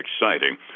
exciting